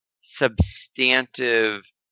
substantive